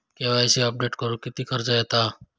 KYC update करुक किती खर्च येता?